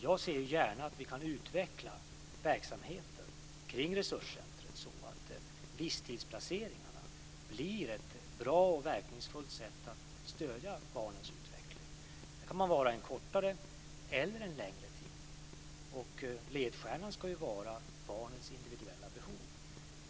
Jag ser gärna att vi kan utveckla verksamheten kring resurscentret så att visstidsplaceringarna blir ett bra och verkningsfullt sätt att stödja barnens utveckling. Där kan man vara en kortare eller längre tid, och ledstjärnan ska vara barnens individuella behov.